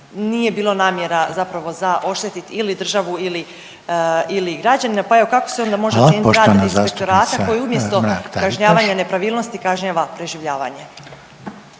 nije bilo namjera zapravo za oštetiti ili državu ili građanina. Pa evo kako se onda može ocijeniti rad inspektorata koji umjesto kažnjavanja nepravilnosti kažnjava preživljavanje?